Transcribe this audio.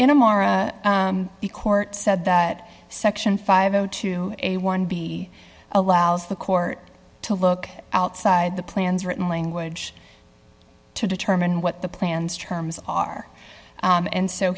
in a more the court said that section five o two a one b allows the court to look outside the plan's written language to determine what the plans terms are and so